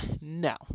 no